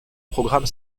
programme